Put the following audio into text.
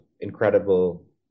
incredible